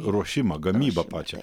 ruošimą gamybą pačią